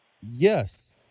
yes